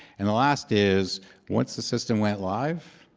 and the last is once the system went live,